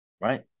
Right